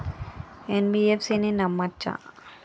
NBFC ని నమ్మచ్చా?